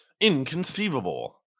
inconceivable